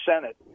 Senate